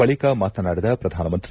ಬಳಿಕ ಮಾತನಾಡಿದ ಪ್ರಧಾನಮಂತ್ರಿ